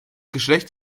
geschlecht